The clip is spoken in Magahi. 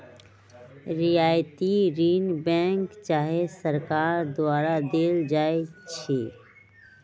रियायती ऋण बैंक चाहे सरकार द्वारा देल जाइ छइ